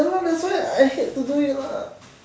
ya that's why I hate to do it lah